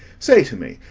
say to me,